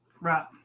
right